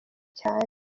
cyane